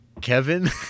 Kevin